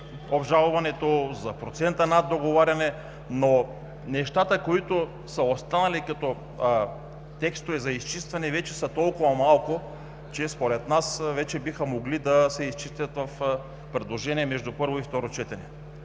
обжалването, за процента на договаряне, но нещата, които са останали като текстове за изчистване, вече са толкова малко, че според нас вече биха могли да се изчистят в предложения между първо и второ четене.